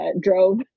drove